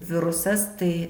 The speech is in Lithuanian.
virusas tai